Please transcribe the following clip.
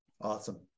Awesome